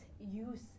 use